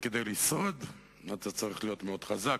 וכדי לשרוד אתה צריך להיות מאוד חזק,